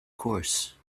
course